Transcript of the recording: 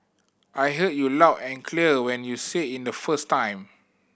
I heard you loud and clear when you said in the first time